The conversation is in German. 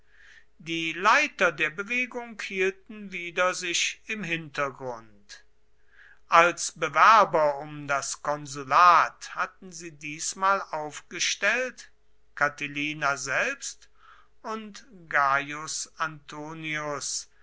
die leiter der bewegung hielten wieder sich im hintergrund als bewerber um das konsulat hatten sie diesmal aufgestellt catilina selbst und gaius antonius